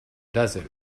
desert